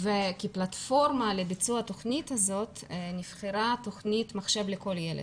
וכפלטפורמה לביצוע התוכנית הזאת נבחרה תוכנית מחשב לכל ילד.